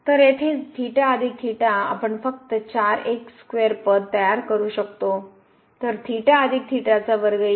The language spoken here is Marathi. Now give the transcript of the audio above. तर येथे आपण फक्त 4 एक स्क़्वेअर पद तयार करू शकतोतर येईल